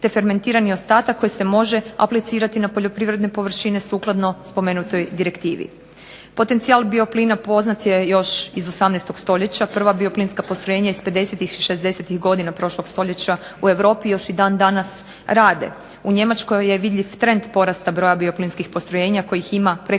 te fermentirani ostatak koji se može aplicirati na poljoprivredne površine sukladno spomenutoj direktivi. Potencijal bioplina poznat je još iz 18. stoljeća, prva bioplinska postrojenja iz 50-ih, 60-ih godina prošlog stoljeća u Europi još i dan danas rade. U Njemačkoj je vidljiv trend porasta broja bioplinskih postrojenja kojih ima preko